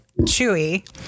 Chewy